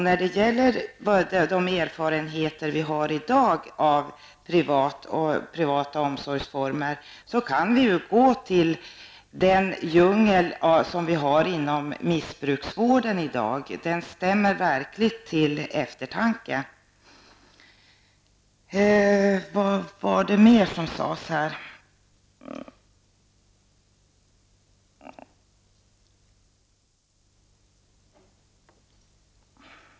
När det gäller erfarenheterna av privata omsorgsformer kan vi ju gå till den djungel som vi har inom missbrukarvården i dag. Den stämmer verkligen till eftertanke.